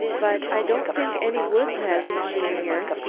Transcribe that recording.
but i don't think any woods has a machine here.